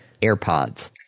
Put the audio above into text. AirPods